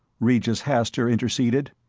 regis hastur interceded,